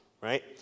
right